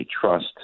trust